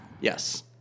Yes